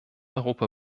europa